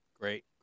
Great